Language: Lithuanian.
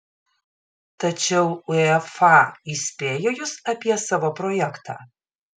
tačiau uefa įspėjo jus apie savo projektą